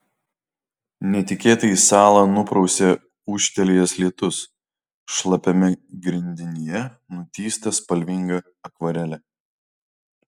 netikėtai salą nuprausia ūžtelėjęs lietus šlapiame grindinyje nutįsta spalvinga akvarelė